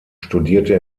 studierte